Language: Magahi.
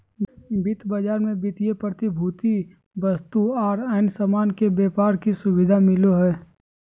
वित्त बाजार मे वित्तीय प्रतिभूति, वस्तु आर अन्य सामान के व्यापार के सुविधा मिलो हय